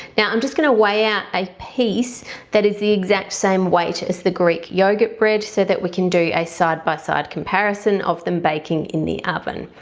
now i'm just going to weigh out a piece that is the exact same weight as the greek yogurt bread so that we can do a side-by-side comparison of them baking in the oven.